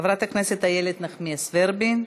חברת הכנסת איילת נחמיאס ורבין.